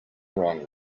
wrong